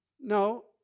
No